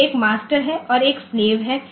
तो एक मास्टर है और एक स्लेव है